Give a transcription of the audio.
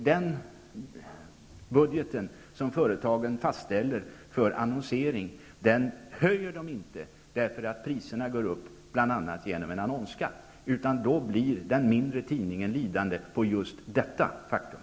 Den budget som företagen fastställer för annonsering höjs inte för att priserna stiger på grund av en annonsskatt. Den mindre tidningen blir lidande av detta faktum.